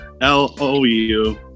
L-O-U